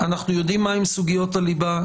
אנחנו יודעים מה הן סוגיות הליבה.